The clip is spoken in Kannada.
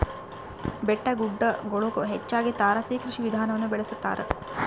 ಬೆಟ್ಟಗುಡ್ಡಗುಳಗ ಹೆಚ್ಚಾಗಿ ತಾರಸಿ ಕೃಷಿ ವಿಧಾನವನ್ನ ಬಳಸತಾರ